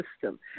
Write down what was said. system